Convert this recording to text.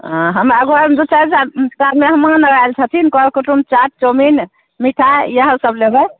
हँ हमरा घरमे दू चारिटा मेहमान आर आयल छथिन कर कूटुम्ब चाट चावमीन मिठाइ इएह सब लेबै